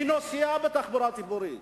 מי נוסע בתחבורה הציבורית?